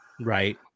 right